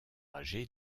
âgé